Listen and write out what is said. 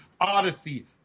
Odyssey